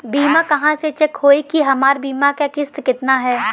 बीमा कहवा से चेक होयी की हमार बीमा के किस्त केतना ह?